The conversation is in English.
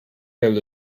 hill